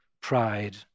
pride